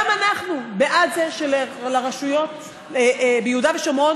גם אנחנו בעד זה שלרשויות ביהודה ושומרון